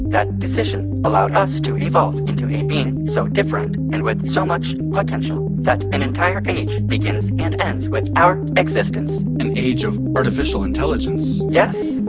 that decision allowed us to evolve into a being so different, and with so much potential, that an entire age begins and ends with our existence an age of artificial intelligence. yes!